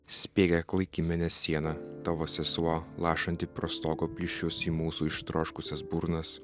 spiegia klaiki mėnesiena tavo sesuo lašanti pro stogo plyšius į mūsų ištroškusias burnas